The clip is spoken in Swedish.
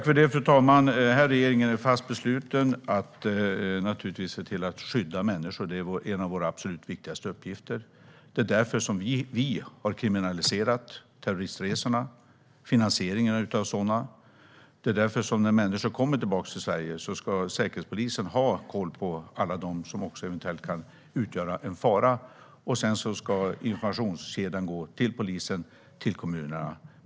Fru talman! Regeringen är naturligtvis fast besluten att se till att skydda människor. Det är en av våra absolut viktigaste uppgifter. Det är därför vi har kriminaliserat terroristresor och finansiering av sådana. Det är därför Säkerhetspolisen, när människor kommer tillbaka till Sverige, ska ha koll på alla dem som eventuellt kan utgöra en fara. Informationskedjan ska sedan gå till polisen och kommunerna.